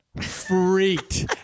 freaked